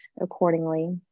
accordingly